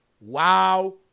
Wow